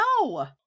No